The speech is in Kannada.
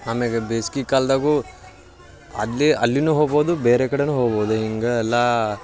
ಆಮ್ಯಾಲೆ ಬೇಸ್ಗೆ ಕಾಲದಾಗೂ ಅಲ್ಲಿ ಅಲ್ಲಿಯೂ ಹೋಗ್ಬೌದು ಬೇರೆ ಕಡೆಯೂ ಹೋಗ್ಬೌದು ಹಿಂಗೆ ಎಲ್ಲ